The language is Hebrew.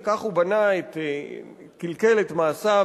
וכך הוא כלכל את מעשיו,